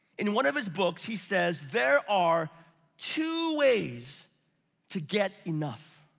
in one of his books he says, there are two ways to get enough.